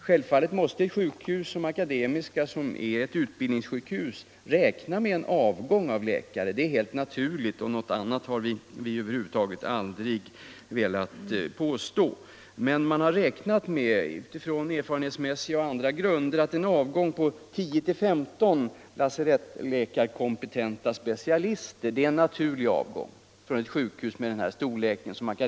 Självfallet måste ett sjukhus som liksom Akademiska sjukhuset i Uppsala är ett utbildningssjukhus räkna med en viss avgång av läkare. Det är helt naturligt, och något annat har vi över huvud taget aldrig velat påstå. Man har på erfarenhetsmässiga grunder räknat med att en avgång på 10-15 lasarettläkarkompetenta specialister är en naturlig avgång när det gäller ett sjukhus av Akademiska sjukhusets storlek.